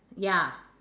ya